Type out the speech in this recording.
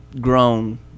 grown